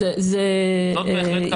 זאת בהחלט כוונתנו.